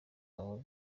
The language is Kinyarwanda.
wawe